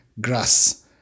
grass